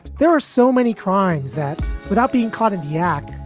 there are so many crimes that without being caught yack,